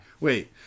wait